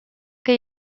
que